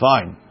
Fine